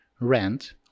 rent